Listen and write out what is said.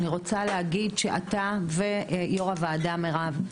אני רוצה להגיד שאתה ויו"ר הוועדה מירב,